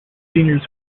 seniors